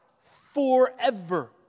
forever